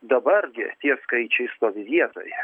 dabar gi tie skaičiai stovi vietoje